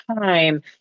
time